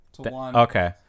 Okay